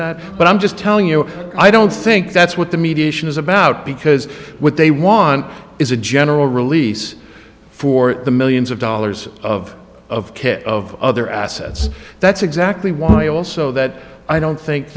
that but i'm just telling you i don't think that's what the mediation is about because what they want is a general release for the millions of dollars of kit of other assets that's exactly why also that i don't think